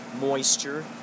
moisture